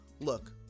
Look